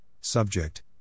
subject